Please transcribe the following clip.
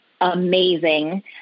amazing